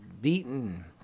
beaten